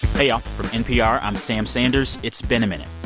hey, y'all. from npr, i'm sam sanders. it's been a minute.